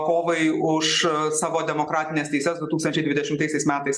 kovai už savo demokratines teises du tūkstančiai dvidešimtaisiais metais